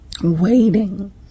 waiting